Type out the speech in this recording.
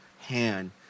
hand